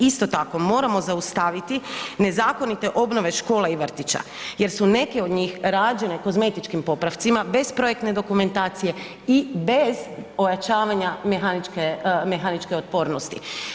Isto tako moramo zaustaviti nezakonite obnove škola i vrtića jer su neke od njih rađene kozmetičkim popravcima bez projektne dokumentacije i bez ojačavanja mehaničke, mehaničke otpornosti.